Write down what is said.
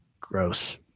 gross